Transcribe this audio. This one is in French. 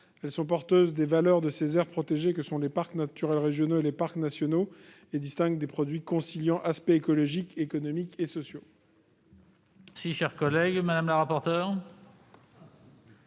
Elles sont porteuses des valeurs de ces aires protégées que sont les parcs naturels régionaux et les parcs nationaux et distinguent des produits conciliant aspects écologiques, économiques et sociaux. Quel est l'avis de la commission